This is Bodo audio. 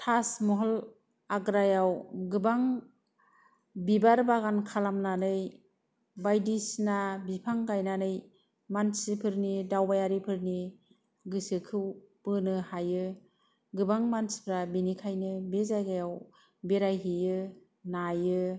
ताजमहल आग्रायाव गोबां बिबार बागान खालामनानै बायदिसिना बिफां गायनानै मानसिफोरनि दावबायरिफोरनि गोसोखौ बोनो हायो गोबां मानसिफोरा बिनिखायनो बे जायगायाव बेरायहैयो मायो